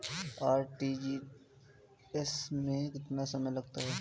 RTGS में कितना समय लगता है?